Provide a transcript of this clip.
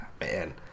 Man